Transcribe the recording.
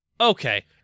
okay